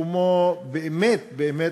מקומו באמת באמת,